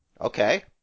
Okay